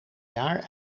jaar